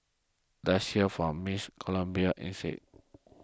let's hear from Miss Colombia instead